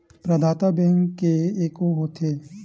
प्रदाता बैंक के एके होथे?